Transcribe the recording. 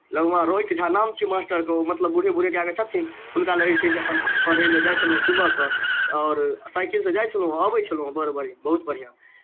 लगमा रोहित झा नाम छी मास्टरके ओ मतलब बूढ़े बूढ़े कए कऽ छथिन हुनका लग जे छै से अपन पढ़ै लेल जाइ छलहुँ सुबहकेँ आओर साइकिलसँ जाइ छलहुँ अबै छलहुँ बड़ बढ़िआँ बहुत बढ़िआँ